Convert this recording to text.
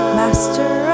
master